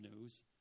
news